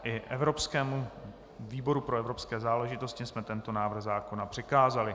I výboru pro evropské záležitosti jsme tento návrh zákona přikázali.